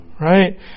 Right